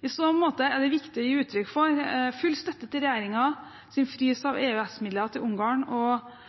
I så måte er det viktig å gi uttrykk for full støtte til regjeringens frys av EØS-midler til Ungarn og